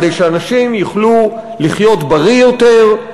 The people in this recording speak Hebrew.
כדי שאנשים יוכלו לחיות בריא יותר,